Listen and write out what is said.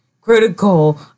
Critical